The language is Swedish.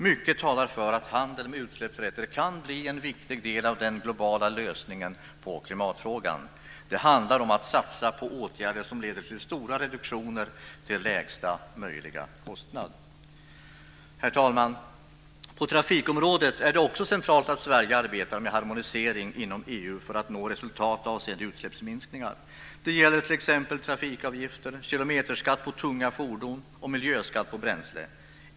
Mycket talar för att handel med utsläppsrätter kan bli en viktig del av den globala lösningen i klimatfrågan. Det handlar om att satsa på åtgärder som leder till stora reduktioner till lägsta möjliga kostnad. Herr talman! På trafikområdet är det också centralt att Sverige arbetar med harmonisering inom EU för att nå resultat avseende utsläppsminskningar. Det gäller t.ex. trafikavgifter, kilometerskatt på tunga fordon och miljöskatt på bränsle.